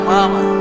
Mama